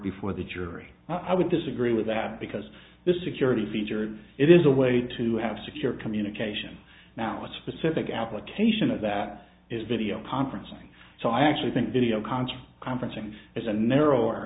before the jury i would disagree with that because this is a curator feature it is a way to have secure communication now what specific application of that is video conferencing so i actually think video conference conferencing is a narrower